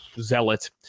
Zealot